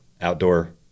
outdoor